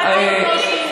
(אומרת בשפת הסימנים: